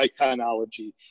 iconology